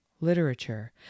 literature